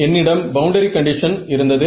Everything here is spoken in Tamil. என்னிடம் பவுண்டரி கண்டிஷன் இருந்தது